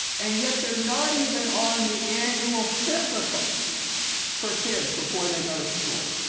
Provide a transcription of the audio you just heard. and yet, they're not even on the annual physical for kids before they go to school.